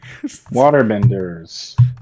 Waterbenders